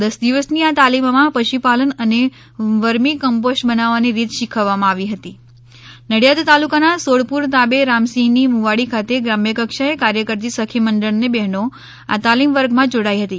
દસ દિવસની આ તાલીમ માં પશુપાલન અને વર્મી કમ્પોસ્ટ બનવાની રીત શીખવવામાં આવી હતીનડિયાદ તાલુકાના સોડપુર તાબે રામસિંહની મુવાડી ખાતે ગ્રામ્ય કક્ષાએ કાર્ય કરતી સખીમંડળની બહેનો આ તાલીમ વર્ગ માં જોડાઈ હતી